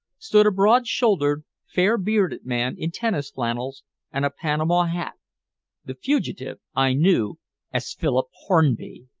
stood a broad-shouldered, fair-bearded man in tennis flannels and a panama hat the fugitive i knew as philip hornby!